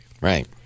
Right